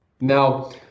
Now